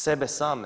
Sebe same?